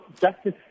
Justice